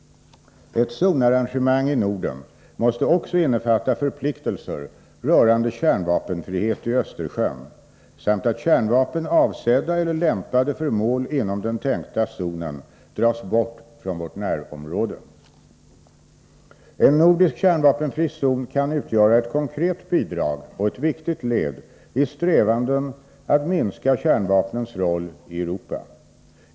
Ett zonarrangemang i Norden måste också innefatta förpliktelser rörande kärnvapenfrihet i Östersjön samt att kärnvapen avsedda eller lämpade för mål inom den tänkta zonen dras bort från vårt närområde. En nordisk kärnvapenfri zon kan utgöra ett konkret bidrag och ett viktigt led i strävandena att minska kärnvapnens roll i Europa.